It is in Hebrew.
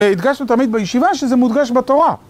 התגשנו תמיד בישיבה שזה מודגש בתורה.